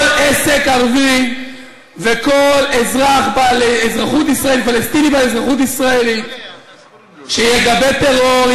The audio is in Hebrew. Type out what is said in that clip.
כל עסק ערבי וכל פלסטיני בעל אזרחות ישראלית שיגבה טרור,